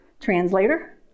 translator